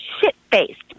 shit-faced